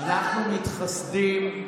אנחנו מתחסדים,